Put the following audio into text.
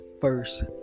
first